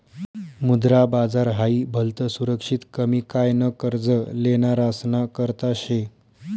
मुद्रा बाजार हाई भलतं सुरक्षित कमी काय न कर्ज लेनारासना करता शे